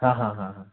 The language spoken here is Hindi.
हाँ हाँ हाँ हाँ